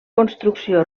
construcció